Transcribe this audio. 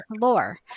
lore